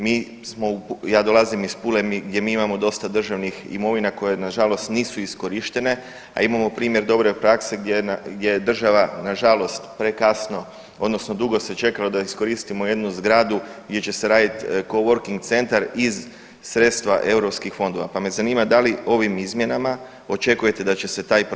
Mi smo, ja dolazim iz Pule gdje mi imamo dosta državnih imovina koje nažalost nisu iskorištene, a imamo primjer dobre prakse gdje, gdje je država nažalost prekasno odnosno dugo se čekalo da iskoristimo jednu zgradu gdje će radit coworking centar iz sredstava europskih fondova, pa me zanima da li ovim izmjenama očekujete da će se taj proces ubrzati?